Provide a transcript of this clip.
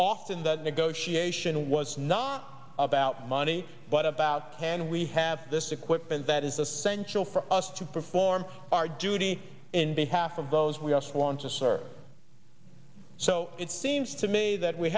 often that negotiation was not about money but about can we have this equipment that is essential for us to perform our duty in behalf of those we also want to sir so it seems to me that we